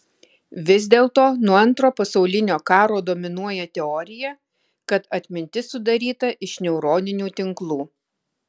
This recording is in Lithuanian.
vis dėlto nuo antro pasaulinio karo dominuoja teorija kad atmintis sudaryta iš neuroninių tinklų